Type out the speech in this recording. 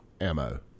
Ammo